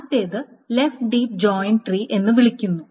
ആദ്യത്തേതിനെ left deep join tree എന്ന് വിളിക്കുന്നു